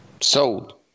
Sold